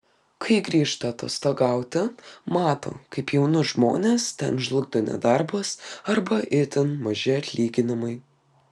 kai grįžta atostogauti mato kaip jaunus žmones ten žlugdo nedarbas arba itin maži atlyginimai